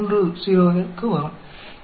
तो यह है कि आप कैसे करते हैं